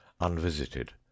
unvisited